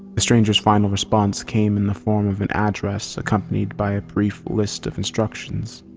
the stranger's final response came in the form of an address accompanied by a brief list of instructions.